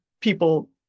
people